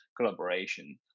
collaboration